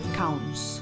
counts